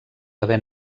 haver